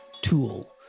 Tool